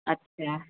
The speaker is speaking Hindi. अच्छा